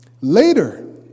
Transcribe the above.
Later